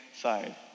side